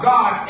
God